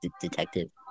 Detective